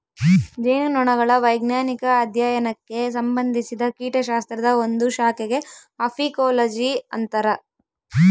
ಜೇನುನೊಣಗಳ ವೈಜ್ಞಾನಿಕ ಅಧ್ಯಯನಕ್ಕೆ ಸಂಭಂದಿಸಿದ ಕೀಟಶಾಸ್ತ್ರದ ಒಂದು ಶಾಖೆಗೆ ಅಫೀಕೋಲಜಿ ಅಂತರ